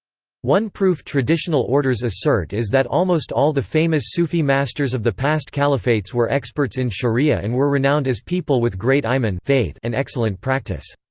one proof traditional orders assert is that almost all the famous sufi masters of the past caliphates were experts in sharia and were renowned as people with great iman and excellent practice.